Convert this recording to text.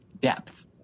depth